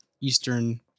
eastern